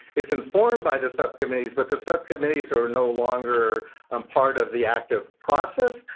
it's informed by the subcommittees, but the subcommittees are no longer um part of the active process.